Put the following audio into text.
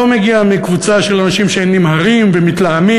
לא מגיע מקבוצה של אנשים שהם נמהרים ומתלהמים,